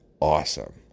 awesome